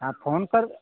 आप फ़ोन करो